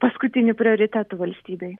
paskutiniu prioritetu valstybėj